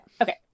Okay